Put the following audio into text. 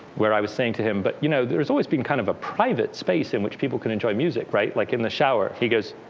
where i was saying to him, but you know there's always been kind of a private space in which people can enjoy music, right. like in the shower. he goes,